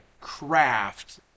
craft